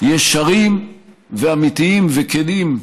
ישרים ואמיתיים וכנים,